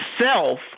self